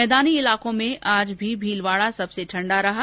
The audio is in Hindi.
मैदानी इलाकों में आज भी भीलवाड़ा सबसे ठण्डा रहा